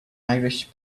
irish